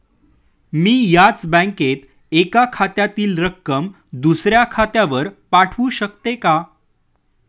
मी याच बँकेत एका खात्यातील रक्कम दुसऱ्या खात्यावर पाठवू शकते का?